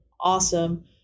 awesome